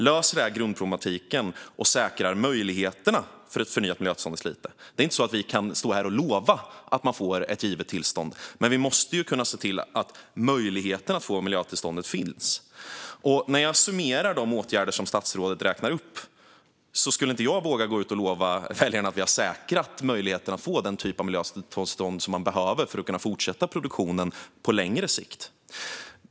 Löser det här grundproblematiken och säkrar möjligheterna för ett förnyat miljötillstånd i Slite? Det är ju inte så att vi kan stå här och lova att man får ett givet tillstånd. Men vi måste kunna se till att möjligheten att få miljötillståndet finns, och när jag summerar de åtgärder som statsrådet räknar upp skulle jag inte våga gå ut och lova väljarna att vi har säkrat möjligheten att få den typ av miljötillstånd som man behöver för att kunna fortsätta produktionen på längre sikt.